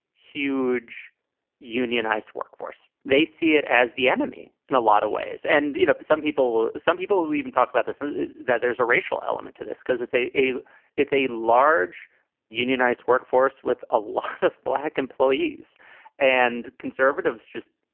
huge unionized workforce. they see it as the enemy. and a lot of ways and, you know, some people some people even talk about this, that there's a racial element to this because it's a a it's a large unionized workforce with a lot of black employees and conservatives just,